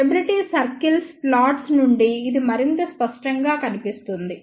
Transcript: stability circles plots నుండి ఇది మరింత స్పష్టంగా కనిపిస్తుంది